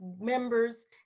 members